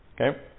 Okay